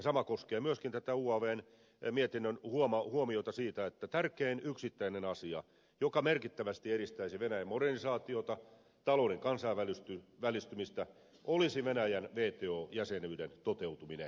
sama koskee myöskin ulkoasiainvaliokunnan mietinnön huomiota siitä että tärkein yksittäinen asia joka merkittävästi edistäisi venäjän modernisaatiota talouden kansainvälistymistä olisi venäjän wto jäsenyyden toteutuminen